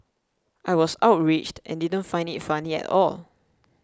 I was outraged and didn't find it funny at all